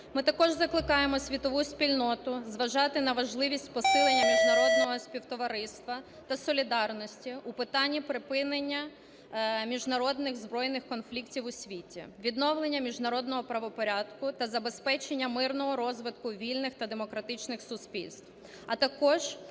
Ми також закликаємо світову спільноту зважати на важливість посилення міжнародного співтовариства та солідарності у питанні припинення міжнародних збройних конфліктів у світі, відновлення міжнародного правопорядку та забезпечення мирного розвитку вільних та демократичних суспільств, а також